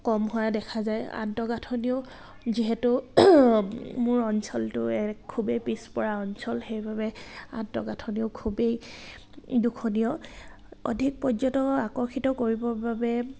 কম হোৱা দেখা যায় আন্তঃগাঁথনিও যিহেতু মোৰ অঞ্চলটো এক খুবেই পিছপৰা অঞ্চল সেইবাবে আন্তঃগাঁথনিও খুবেই দুখনীয় অধিক পৰ্যটক আকৰ্ষিত কৰিবৰ বাবে